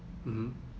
mmhmm